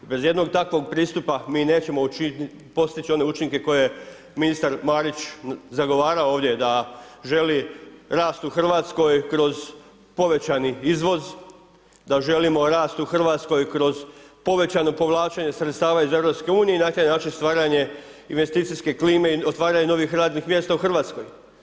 Bez jednog takvog pristupa mi nećemo postići one učinke koje je ministar Marić zagovarao ovdje da želi rast u RH kroz povećani izvoz, da želimo rast u RH kroz povećana povlačenja sredstava iz EU-a i na taj način stvaranje investicijske klime i otvaranje novih radnih mjesta u Hrvatskoj.